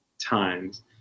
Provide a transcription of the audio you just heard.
times